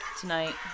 tonight